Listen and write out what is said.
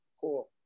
Cool